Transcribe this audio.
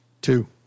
Two